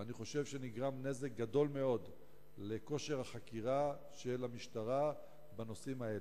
ואני חושב שנגרם נזק גדול מאוד לכושר החקירה של המשטרה בנושאים האלה.